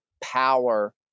power